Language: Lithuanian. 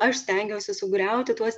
aš stengiausi sugriauti tuos